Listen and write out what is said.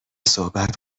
صحبت